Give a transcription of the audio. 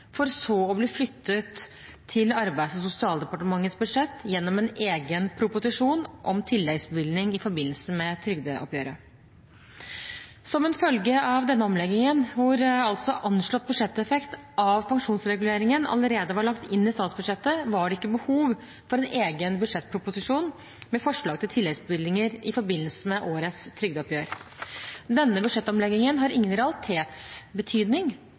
for så å bli flyttet til Arbeids- og sosialdepartementets budsjett gjennom en egen proposisjon om tilleggsbevilgninger i forbindelse med trygdeoppgjøret. Som en følge av denne omleggingen, hvor altså anslått budsjetteffekt av pensjonsreguleringen allerede var lagt inn i statsbudsjettet, var det ikke behov for en egen budsjettproposisjon med forslag til tilleggsbevilgninger i forbindelse med årets trygdeoppgjør. Denne budsjettomleggingen har ingen realitetsbetydning